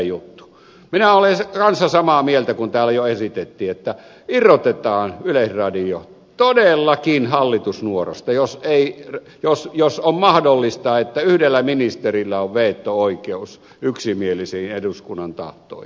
minä olen kanssa samaa mieltä kuin täällä jo esitettiin että irrotetaan yleisradio todellakin hallitusnuorasta jos on mahdollista että yhdellä ministerillä on veto oikeus yksimielisiin eduskunnan tahtoihin